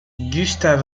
gustave